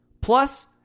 plus